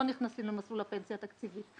לא נכנסים למסלול הפנסיה התקציבית.